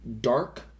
dark